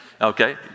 okay